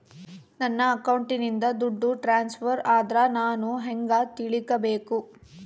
ನನ್ನ ಅಕೌಂಟಿಂದ ದುಡ್ಡು ಟ್ರಾನ್ಸ್ಫರ್ ಆದ್ರ ನಾನು ಹೆಂಗ ತಿಳಕಬೇಕು?